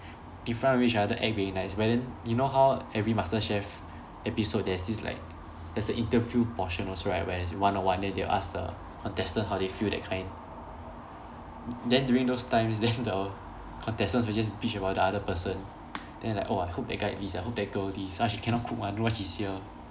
in front of each other act very nice but then you know how every masterchef episode there is this like there's a interview portion also right where one on one then they'll ask the contestant how they feel that kind then during those times then the contestants will just bitch about the other person then like oh I hope that guy leaves I hope that girl leaves ah she cannot cook [one] don't know why she's here